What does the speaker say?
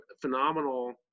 phenomenal